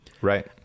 Right